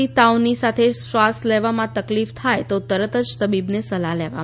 તાવની સાથે શ્વાસ લેવામાં તકલીફ થાય તો તરત જ તબીબની સલાહ લેવામાં આવે